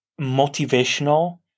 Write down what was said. motivational